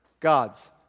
God's